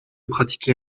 pratiquer